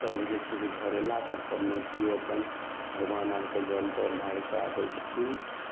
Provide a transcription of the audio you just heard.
तब जे छै से घर अयला तऽ पाबनौतियौ अपन भगबान आरके जल तल ढाड़िके अबैत छथिन